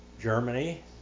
Germany